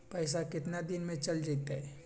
पैसा कितना दिन में चल जतई?